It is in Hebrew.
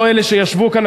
לא אלה שישבו כאן,